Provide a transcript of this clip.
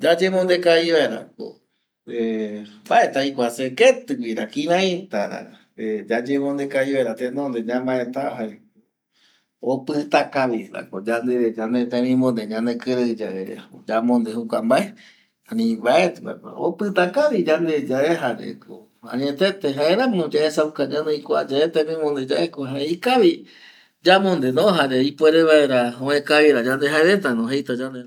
Yayemonde kavi vaera ko mbaeti aikua se keti güira kirei ta yayemonde kavi vaera tenonde ñamaeta jaeko opita kavi pa yandeve kua temimonde yande kirei yave yamonde jokua mbae erei mbaeti mako opita kavi yande yave jareko añetete jaeramo yaesakua ñanoi kua yave temimonde yave jae ikavi yamonde ipuere vaera ikavi ue yande erei jaereta jeita yandeve